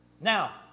Now